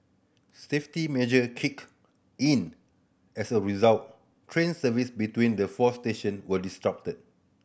safety measure kicked in as a result train services between the four station were disrupted